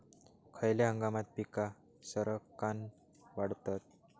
खयल्या हंगामात पीका सरक्कान वाढतत?